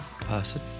person